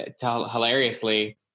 hilariously